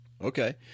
Okay